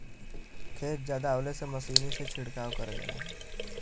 खेत जादा होले से मसीनी से छिड़काव करल जाला